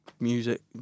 music